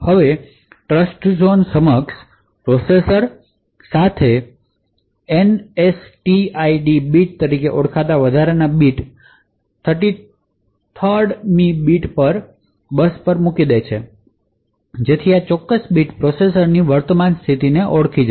હવે ટ્રસ્ટઝોન સક્ષમ પ્રોસેસર સાથે NSTID બીટ તરીકે ઓળખાતા વધારાના બીટ 33 મી બીટ પણ બસ પર મૂકી દે છે જેથી આ ચોક્કસ બીટ પ્રોસેસરની વર્તમાન સ્થિતિને ઓળખશે